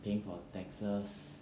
paying for taxes